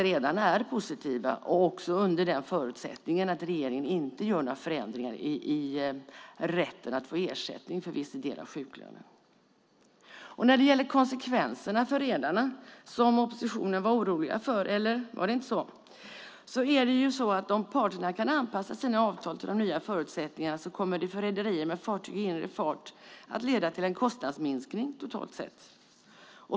Redarna är positiva under förutsättning att regeringen inte gör några förändringar i rätten att få ersättning för viss del av sjuklönen. När det gäller konsekvenserna för redarna, som oppositionen var orolig för, är det så att om parterna kan anpassa sina avtal till de nya förutsättningarna kommer det för rederier med fartyg i inre fart att leda till en kostnadsminskning totalt sett.